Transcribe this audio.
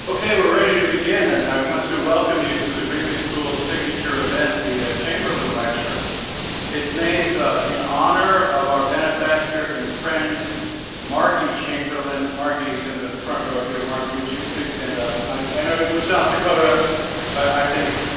okay we're ready to begin and i want to welcome you to the greenlee schools signature event the chamberlin lecture it's named in honor of our benefactor and friend margie chamberlin margie's in the front row here margie would you please stand up i know they're from south dakota but i think it's